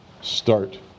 start